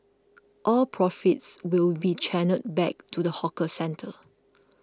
all profits will be channelled back to the hawker centre